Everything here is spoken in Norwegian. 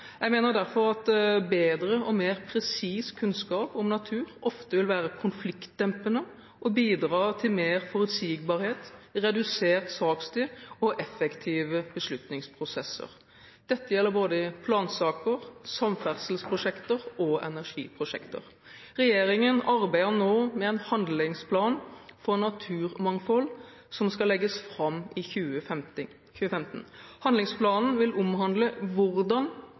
Jeg mener derfor at bedre og mer presis kunnskap om natur ofte vil være konfliktdempende og bidra til mer forutsigbarhet, redusert sakstid og effektive beslutningsprosesser. Dette gjelder både i plansaker, samferdselsprosjekter og energiprosjekter. Regjeringen arbeider nå med en handlingsplan for naturmangfold som skal legges fram i 2015. Handlingsplanen vil omhandle hvordan